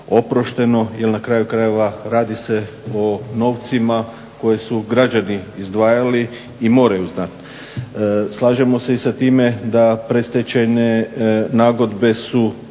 oprošteno. Jer na kraju krajeva radi se o novcima koje su građani izdvajali i moraju znati. Slažemo se i sa time da predstečajne nagodbe su